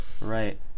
Right